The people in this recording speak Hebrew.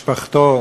משפחתו,